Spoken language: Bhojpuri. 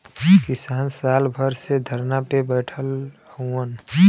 किसान साल भर से धरना पे बैठल हउवन